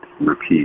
repeat